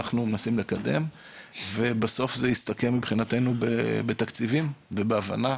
בסוף זה יסתכם מבחינתנו בתקציבים ובהבנה,